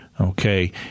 okay